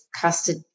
custard